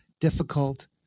difficult